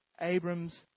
Abram's